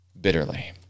bitterly